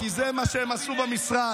כי זה מה שהם עשו במשרד.